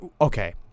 okay